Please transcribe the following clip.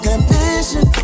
ambition